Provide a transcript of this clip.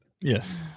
Yes